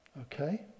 Okay